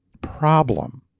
problem